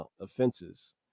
offenses